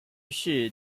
于是